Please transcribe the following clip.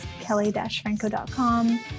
kelly-franco.com